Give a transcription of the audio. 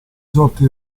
sorti